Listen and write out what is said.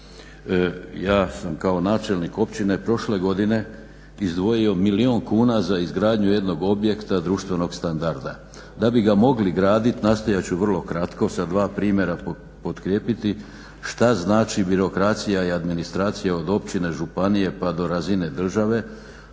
Ja sam kao načelnik općine prošle godine izdvojio milijun kuna za izgradnju jednog objekta društvenog standarda. Da bi ga mogli gradit nastojat ću vrlo kratko sa dva primjera potkrijepiti šta znači birokracija i administracija od općine, županije pa do razine države